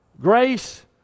Grace